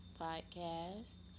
podcast